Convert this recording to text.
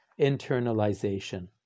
internalization